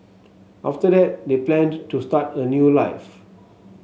after that they planned to start a new life